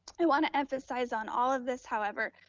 i wanna emphasize on all of this, however,